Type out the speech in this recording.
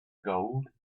gold